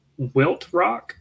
Wiltrock